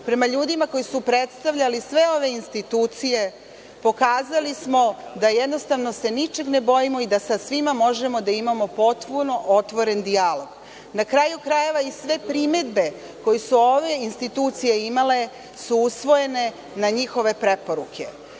prema ljudima koji su predstavljali sve ove institucije, pokazali smo da se jednostavno ničeg ne bojimo i da svima možemo da imamo potpuno otvoren dijalog. Na kraju krajeva, i sve primedbe koje su ove institucije imale su usvojene na njihove preporuke.